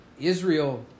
Israel